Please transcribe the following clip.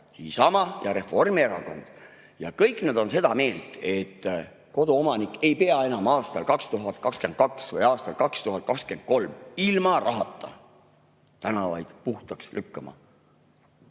Kõik nad on seda meelt, et koduomanik ei peaks enam aastal 2022 või aastal 2023 ilma rahata tänavaid puhtaks lükkama,